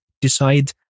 decide